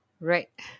Right